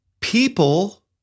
people